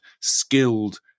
skilled